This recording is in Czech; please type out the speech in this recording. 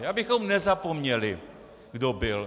Abychom nezapomněli, kdo byl.